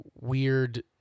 weird